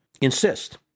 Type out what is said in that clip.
insist